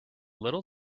little